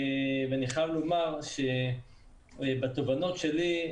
ואני חייב לומר שבתובנות שלי,